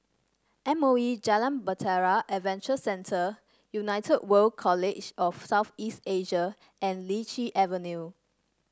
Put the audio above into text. M O E Jalan Bahtera Adventure Centre United World College of South East Asia and Lichi Avenue